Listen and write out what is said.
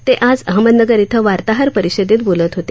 ते आज अहमदनगर इथं वार्ताहर परिषदेत बोलत होते